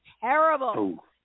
terrible